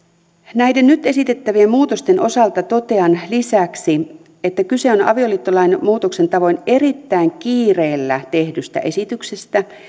näiden nyt esitettävien muutosten osalta totean lisäksi että kyse on on avioliittolain muutoksen tavoin erittäin kiireellä tehdystä esityksestä